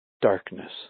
darkness